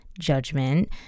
judgment